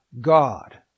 God